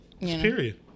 Period